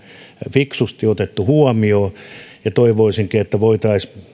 fiksusti otettu huomioon niin voitaisiin